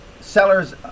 sellers